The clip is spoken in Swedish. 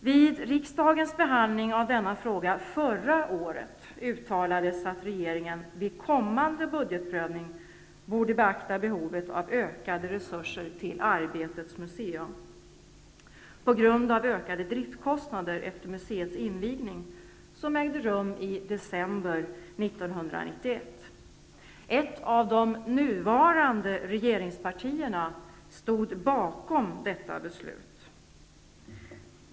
Vid riksdagens behandling av denna fråga förra året uttalades att regeringen vid kommande budgetprövning borde beakta behovet av ökade resurser till Arbetets museum på grund av ökade driftkostnader efter museets invigning, som ägde rum i december 1991. Ett av de nuvarande regeringspartierna stod bakom detta beslut.